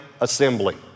assembly